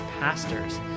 pastors